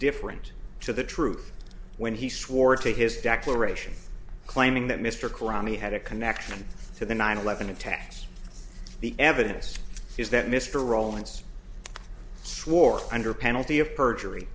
indifferent to the truth when he swore to his declaration claiming that mr karami had a connection to the nine eleven attacks the evidence is that mr rowlands swore under penalty of perjury